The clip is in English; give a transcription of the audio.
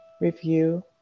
review